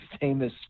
famous